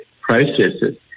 processes